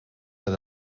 met